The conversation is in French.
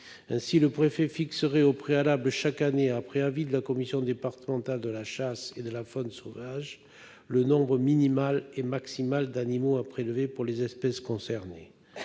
Ainsi, le préfet pourra fixer au préalable chaque année, après avis de la commission départementale de la chasse et de la faune sauvage, le nombre minimal et maximal d'animaux à prélever pour les espèces concernées.